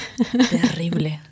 Terrible